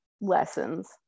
lessons